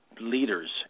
leaders